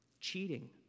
cheating